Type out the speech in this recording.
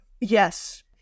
Yes